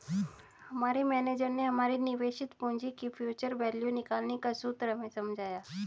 हमारे मेनेजर ने हमारे निवेशित पूंजी की फ्यूचर वैल्यू निकालने का सूत्र हमें समझाया